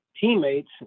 teammates